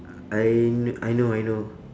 I I know I know